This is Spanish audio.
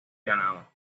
granada